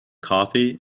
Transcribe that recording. coffee